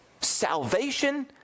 salvation